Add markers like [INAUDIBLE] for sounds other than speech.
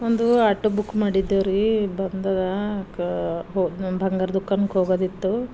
ಒಂದು auto book ಮಾಡಿದೇವ್ರಿ ಬಂದದ ಕ ಹೊ [UNINTELLIGIBLE] ಬಂಗಾರ ದುಖಾನ್ಗೆ ಹೋಗೋದಿತ್ತು